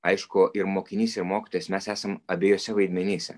aišku ir mokinys ir mokytojas mes esam abiejuose vaidmenyse